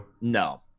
no